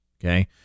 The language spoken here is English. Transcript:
Okay